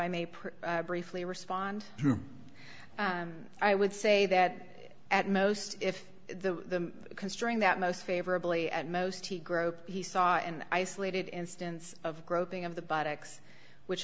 i may put briefly respond to i would say that at most if the considering that most favorably at most he groped he saw an isolated instance of groping of the buttocks which